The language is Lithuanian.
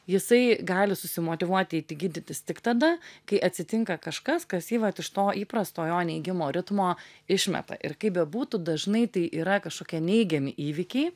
jisai gali susimotyvuoti eiti gydytis tik tada kai atsitinka kažkas kas jį vat iš to įprasto jo neigimo ritmo išmeta ir kaip bebūtų dažnai tai yra kažkokie neigiami įvykiai